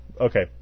Okay